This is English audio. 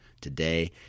today